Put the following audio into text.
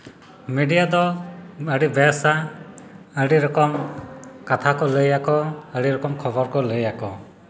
media ᱫᱚ ᱟᱹᱰᱤ ᱵᱮᱥᱟ ᱟᱹᱰᱤ ᱨᱚᱠᱚᱢ ᱠᱟᱷᱟ ᱠᱚ ᱞᱟᱹᱭᱟ ᱟᱠᱚ ᱟᱹᱰᱤ ᱨᱚᱠᱚᱢ ᱠᱷᱚᱵᱚᱨ ᱠᱚ ᱞᱟᱹᱭ ᱟᱠᱚ